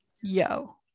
yo